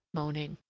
moaning.